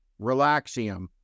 Relaxium